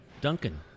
Duncan